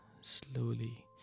slowly